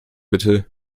bitte